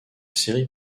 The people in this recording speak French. série